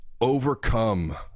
overcome